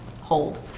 Hold